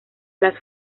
las